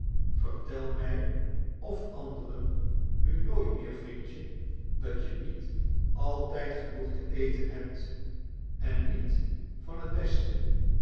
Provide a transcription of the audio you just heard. vertel mij of anderen nu nooit meer vrindje dat je niet altijd genoeg te eten hebt en niet van het beste